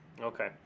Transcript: Okay